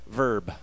verb